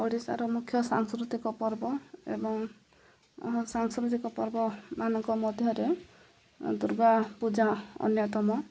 ଓଡ଼ିଶାର ମୁଖ୍ୟ ସାଂସ୍କୃତିକ ପର୍ବ ଏବଂ ସାଂସ୍କୃତିକ ପର୍ବମାନଙ୍କ ମଧ୍ୟରେ ଦୁର୍ଗା ପୂଜା ଅନ୍ୟତମ